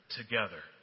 together